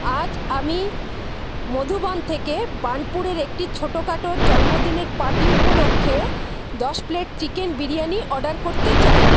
আজ আমি মধুবন থেকে বার্নপুরের একটি ছোট খাটো জন্মদিনের পার্টি উপলক্ষে দশ প্লেট চিকেন বিরিয়ানি অর্ডার করতে চাই